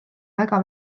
väga